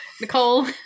Nicole